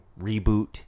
Reboot